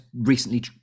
recently